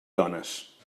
dones